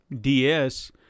ds